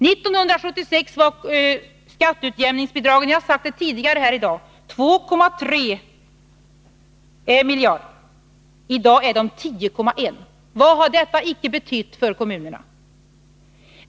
Som jag sagt tidigare i dag uppgick skatteutjämningsbidragen år 1976 till 2,3 miljarder kronor. I dag uppgår de till 10,1 miljarder kronor. Vad har icke detta betytt för kommunerna?